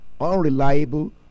unreliable